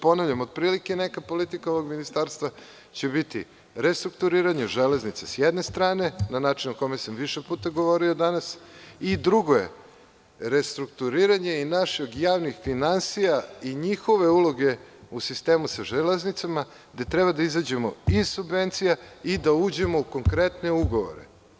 Ponavljam, otprilike neka politika ovog ministarstva će biti restrukturiranje železnica s jedne strane, na način o kome sam više puta govorio danas i drugo je restrukturiranje i naših javnih finansija i njihove uloge u sistemu sa železnicama, gde treba da izađemo iz subvencija i da uđemo u konkretne ugovore.